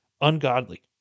ungodly